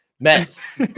mets